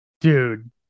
Dude